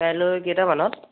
কাইলৈ কেইটা মানত